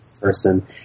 person